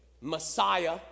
Messiah